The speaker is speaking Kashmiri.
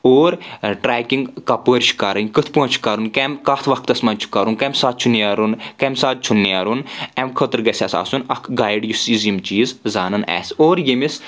اور ٹریکنگ کپٲرۍ چھِ کرٕنۍ کِتھ پٲٹھۍ چھِ کرٕنۍ کمہِ کتھ وقتس منٛز چھُ کرُن کمہِ ساتہٕ چھُ نیرُن کمہِ ساتہٕ چھُنہٕ نیرُن اَمہِ خٲطرٕ گژھِ اسہِ آسُن اکھ گایڈ یُس یِم چیٖز زانان آسہِ اور ییٚمِس